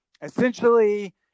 essentially